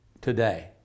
today